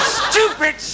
stupid